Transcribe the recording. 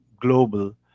global